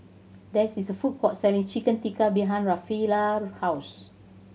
there is a food court selling Chicken Tikka behind Rafaela house